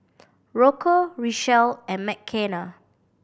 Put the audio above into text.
Rocco Richelle and Mckenna